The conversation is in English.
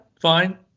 fine